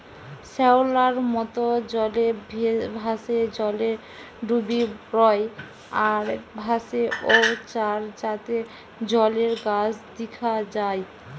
শ্যাওলার মত, জলে ভাসে, জলে ডুবি রয় আর ভাসে ঔ চার জাতের জলের গাছ দিখা যায়